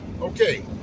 Okay